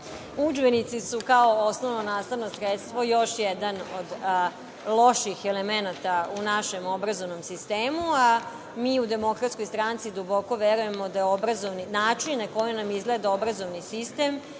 Udžbenici su, kao osnovna nastavna sredstva, još jedan od loših elemenata u našem obrazovnom sistemu, a mi u DS duboko verujemo, način na koji nam izgleda obrazovni sistem